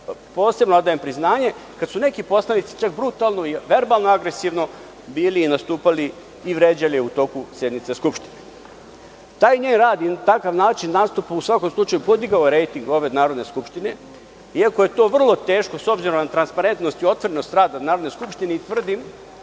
posebno odajem priznanje, kada su neki poslanici čak brutalno i verbalno agresivno bili nastupali i vređali je u toku sednica Skupštine. Taj njen rad i takav način nastupa u svakom slučaju podigao je rejting ove Narodne skupštine, iako je to vrlo teško s obzirom na transparentnost i otvorenost rada Narodne skupštine i tvrdim